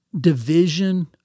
division